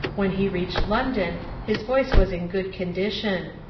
when he reached london his voice was in good condition.